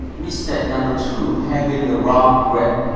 mistake number two. having a wrong grip